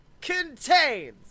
contains